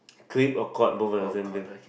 clamp or court both are the same thing